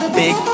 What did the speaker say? big